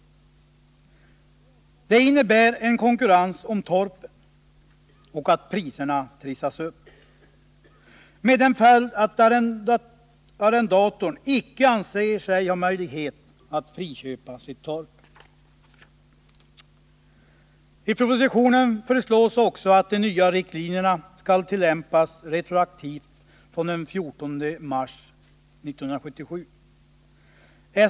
Detta innebär att det föreligger en konkurrens om torpen och att priserna trissas upp, med påföljd att arrendatorn icke anser sig ha ekonomisk möjlighet att friköpa sitt torp. I propositionen föreslås också att de nya riktlinjerna skall tillämpas retroaktivt från den 14 mars 1977.